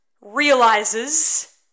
realizes